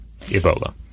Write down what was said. Ebola